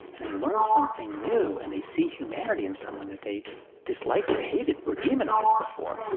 and they learn something new, and they see humanity in someone that they disliked or hated or demonized before,